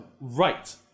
Right